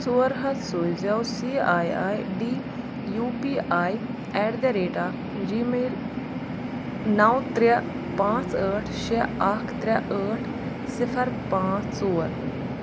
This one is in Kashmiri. ژور ہَتھ سوٗزیو C I I D U P I at the rate of gmail نو ترٛےٚ پانٛژھ ٲٹھ شےٚ اَکھ ترٛےٚ ٲٹھ صِفر پانٛژھ ژور